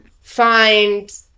find